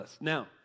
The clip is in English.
Now